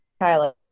Kyla